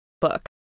book